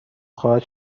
خواهد